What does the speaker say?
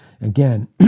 again